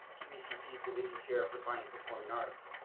pvcc's division chair for fine and performing arts.